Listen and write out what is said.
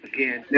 Again